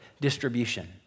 distribution